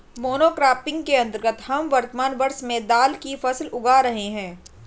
monocropping के अंतर्गत हम वर्तमान वर्ष में दाल की फसल उगा रहे हैं